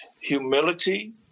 humility